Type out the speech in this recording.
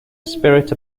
spirit